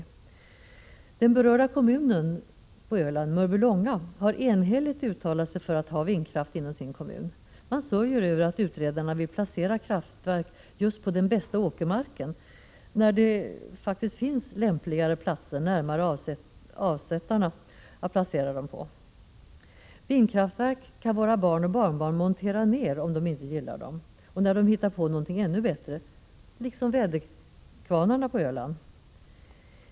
26 november 1986 Från den berörda kommunen på Öland, Mörbylånga, finns ett enhälligt 1 Zu ill ha vindkraft i k Min sötterö En lag om hushållning uttalande Kor att man vill ha vin | raft inom omnunen; an sörjer över att med höturresurser utredarna vill placera kraftverk just på den bästa åkermarken trots att det m. na faktiskt finns lämpligare ställen, närmare avnämarna, att placera dem på. Vindkraftverk kan våra barn och barnbarn montera ned, om de inte gillar dessa och när de hittat något ännu bättre — liksom kan ske med väderkvarnarna på Öland.